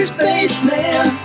Spaceman